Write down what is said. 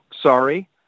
Sorry